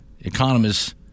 economists